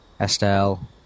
Estelle